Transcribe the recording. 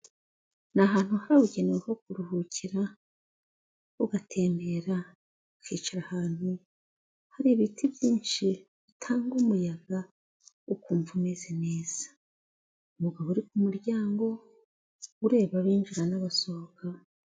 Ni ahantu habugewe ho kuruhukira ugatembera ukicara ahantu hari ibiti byinshi bitanga umuyaga ukumva umeze neza. Umugabo uri kumuryango ureba abinjira n'abasohoka.